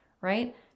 right